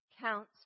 counts